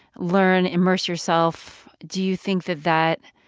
learn, immerse yourself, do you think that that